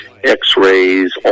X-rays